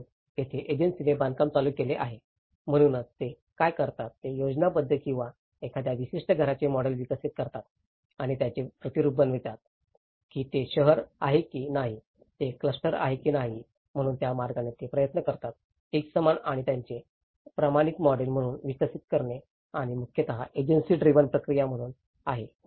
म्हणूनच येथे एजन्सीने बांधकाम चालू केले आहे म्हणूनच ते काय करतात ते योजनाबद्ध किंवा एखाद्या विशिष्ट घराचे मॉडेल विकसित करतात आणि ते त्याचे प्रतिरूप बनवतात की ते शहर आहे की नाही ते क्लस्टर आहे की नाही म्हणून त्या मार्गाने ते प्रयत्न करतात एकसमान आणि त्याचे प्रमाणित मॉडेल म्हणून विकसित करणे आणि ही मुख्यतः एजन्सी ड्रिव्हन प्रक्रिया म्हणून आहे